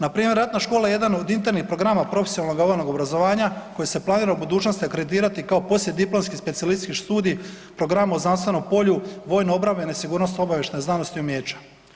Npr. ratna škola je jedan on interni programa profesionalnog vojnog obrazovanja koje se planira u budućnosti akreditirati kao poslijediplomski specijalistički studij, programa u znanstvenom polju, vojno-obrambene i sigurnosno-obavještajne znanosti i umijeća.